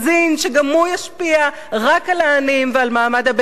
שגם הוא ישפיע רק על העניים ועל מעמד הביניים,